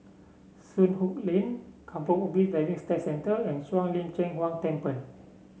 Soon Hock Lane Kampong Ubi Driving Centre and Shuang Lin Cheng Huang Temple